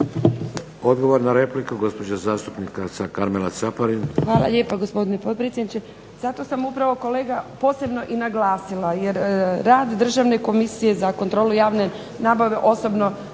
Odgovor na repliku, gospođa zastupnica Karmela Caparin.